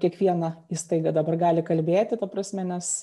kiekviena įstaiga dabar gali kalbėti ta prasme nes